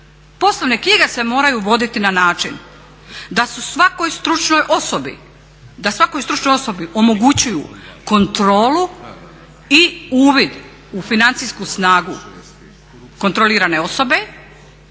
Poslovne knjige se moraju voditi na način da svakoj stručnoj osobi omogućuju kontrolu i uvid u financijsku snagu kontrolirane osobe